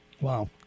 Wow